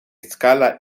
skala